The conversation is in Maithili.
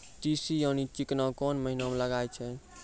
तीसी यानि चिकना कोन महिना म लगाय छै?